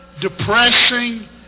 depressing